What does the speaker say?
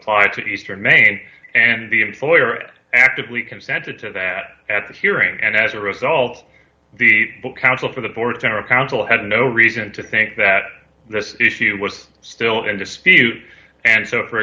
apply to eastern maine and the employer it actively consented to that at the hearing and as a result the counsel for the board general counsel had no reason to think that this issue was still in dispute and so for